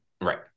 Right